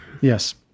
Yes